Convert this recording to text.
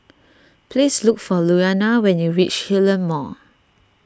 please look for Louanna when you reach Hillion Mall